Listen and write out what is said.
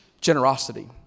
generosity